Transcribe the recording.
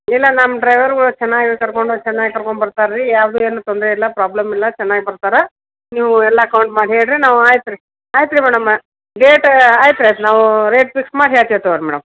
ಇಲ್ಲ ನಮ್ಮ ಡ್ರೈವರ್ಗಳು ಚೆನ್ನಾಗಿ ಕರ್ಕೊಂಡು ಹೋಗ್ ಚೆನ್ನಾಗಿ ಕರ್ಕೊಂಡ್ ಬರ್ತಾರೆ ರೀ ಯಾವುದೇ ಏನು ತೊಂದರೆ ಇಲ್ಲ ಪ್ರಾಬ್ಲಮ್ ಇಲ್ಲ ಚೆನ್ನಾಗಿ ಬರ್ತಾರೆ ನೀವು ಎಲ್ಲ ಕೌಂಟ್ ಮಾಡಿ ಹೇಳಿರಿ ನಾವು ಆಯ್ತು ರೀ ಆಯ್ತು ರೀ ಮೇಡಮ್ಮ ಡೇಟ ಆಯ್ತು ಆಯ್ತು ನಾವು ರೇಟ್ ಪಿಕ್ಸ್ ಮಾಡಿ ಹೇಳ್ತಿವಿ ತಗೋ ರೀ ಮೇಡಮ್